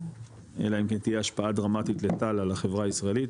אלא אם כן תהיה השפעה דרמטית על החברה הישראלית